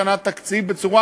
וחברות